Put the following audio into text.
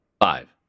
Five